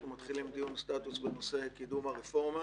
אנחנו מתחילים דיון סטטוס בנושא קידום הרפורמה,